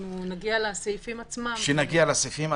אנחנו נגיע לסעיפים עצמם ---- כשנגיע לסעיפים,